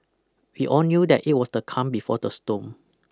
we all knew that it was the calm before the storm